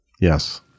yes